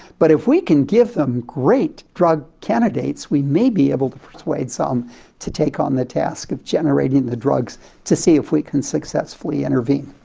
but if we can give them great drug candidates we may be able to persuade some to take on the task of generating the drugs to see if we can successfully intervene.